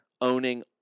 owning